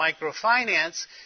microfinance